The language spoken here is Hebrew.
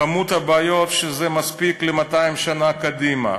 כמות הבעיות מספיקה ל-200 שנה קדימה.